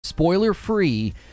spoiler-free